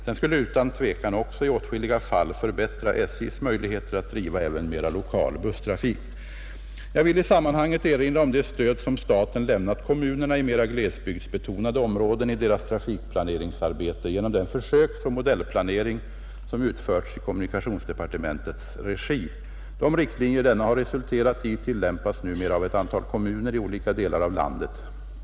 Den skulle utan tvivel också i åtskilliga fall förbättra SJ:s möjligheter att driva även mera lokal busstrafik. Jag vill i sammanhanget erinra om det stöd som staten lämnat kommunerna i mera glesbygdsbetonade områden i deras trafikplanerings 23 arbete genom den försöksoch modellplanering som utförts i kommunikationsdepartementets regi. De riktlinjer denna har resulterat i tillämpas numera av ett antal kommuner i olika delar av landet.